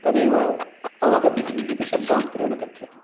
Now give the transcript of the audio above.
तदेव अवगतिः इति शब्दान्तरेण कथ्यते